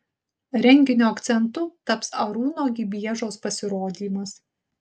renginio akcentu taps arūno gibiežos pasirodymas